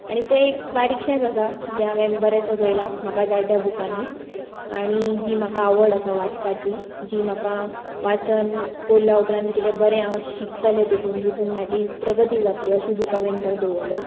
आनी तें एक बारिकशेंच आसा जें हांवें बरें सजयलां म्हाका जाय त्या बुकांनी आनी जी म्हाका आवड आसा वाचपाची जी म्हाका वाचन केले उपरांत कितें बरें हांव शिकतलें तातून जितून म्हजो प्रगती जातली अशी बूक हांवें थंय दवरल्या